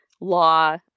law